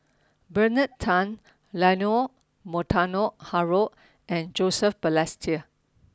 Bernard Tan Leonard Montague Harrod and Joseph Balestier